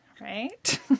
Right